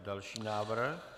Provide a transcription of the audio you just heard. Další návrh.